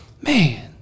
man